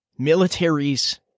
Militaries